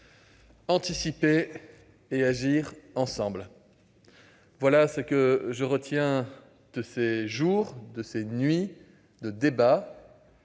anticiper et agir ensemble, voilà ce que je retiens de ces jours et de ces nuits de débat